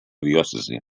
diòcesi